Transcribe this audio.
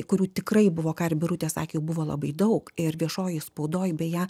kurių tikrai buvo ką ir birutė sakė buvo labai daug ir viešojoj spaudoj beje